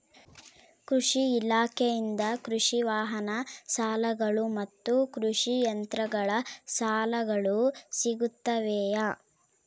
ಕೃಷಿ ಇಲಾಖೆಯಿಂದ ಕೃಷಿ ವಾಹನ ಸಾಲಗಳು ಮತ್ತು ಕೃಷಿ ಯಂತ್ರಗಳ ಸಾಲಗಳು ಸಿಗುತ್ತವೆಯೆ?